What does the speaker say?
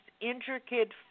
intricate